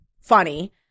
funny